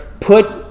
Put